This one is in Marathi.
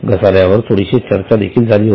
घसाऱ्यावर थोडीशी चर्चा झाली होती